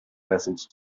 passage